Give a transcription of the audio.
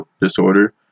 disorder